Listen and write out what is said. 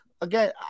again